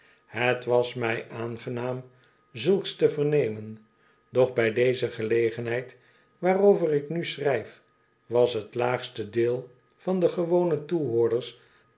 het was mij aangenaam zulks te vernemen doch bij deze gelegenheid waarover ik nu schrijf was t laagste deel van de gewone toehoorders